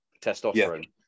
testosterone